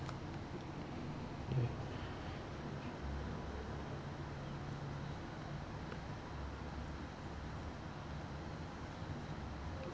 ya